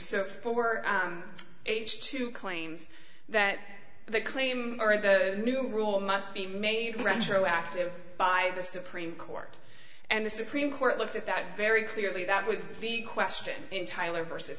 for so age two claims that the claim or the rule must be made retroactive by the supreme court and the supreme court looked at that very clearly that was the question in tyler versus